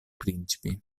principi